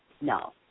no